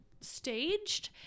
Staged